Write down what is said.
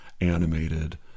animated